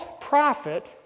prophet